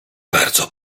bardzo